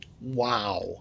Wow